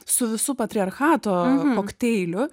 su visu patriarchato kokteiliu